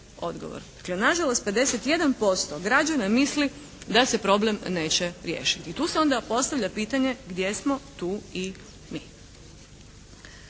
Dakle, nažalost 51% građana misli da se problem neće riješiti. I tu se onda postavlja pitanje gdje smo tu i mi.